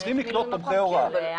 צריכים לקלוט תומכי הוראה.